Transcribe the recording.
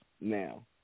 now